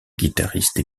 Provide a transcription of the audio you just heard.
guitariste